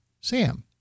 Sam